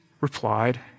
replied